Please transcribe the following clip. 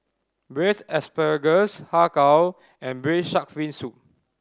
Braised Asparagus Har Kow and Braised Shark Fin Soup